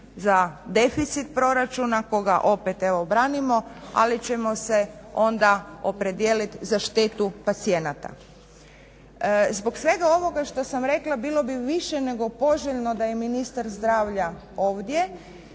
za deficit proračuna koga opet branimo ali ćemo se onda opredijeliti za štetu pacijenata. Zbog svega ovoga što sam rekla bilo bi više nego poželjno da je ministar zdravlja ovdje